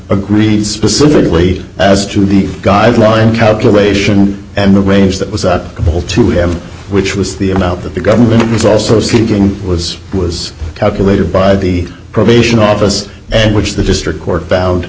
agreed specifically as to the guideline calculation and the range that was up to them which was the amount that the government was also seeking was was calculated by the probation office and which the district court found